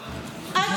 עוד בתוקף?